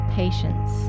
patience